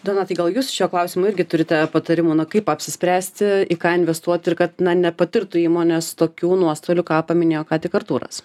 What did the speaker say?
donatai gal jūs šiuo klausimu irgi turite patarimų na kaip apsispręsti į ką investuot ir kad na nepatirtų įmonės tokių nuostolių ką paminėjo ką tik artūras